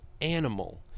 animal